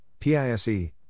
PISE